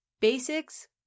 basics